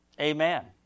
Amen